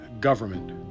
government